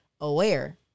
aware